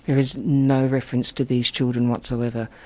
is no reference to these children whatsoever.